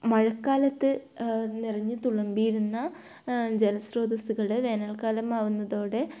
മഴക്കാലത്ത് നിറഞ്ഞ് തുളുമ്പിയിരുന്ന ജലസ്രോതസ്സുകളെ വേനൽക്കാലം ആകുന്നതോടെ